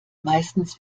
meistens